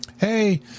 Hey